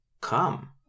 come